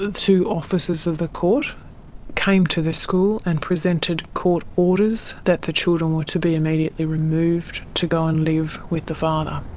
two officers of the court came to the school and presented court orders that the children were to be immediately removed to go and live with the father.